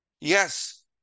Yes